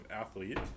athlete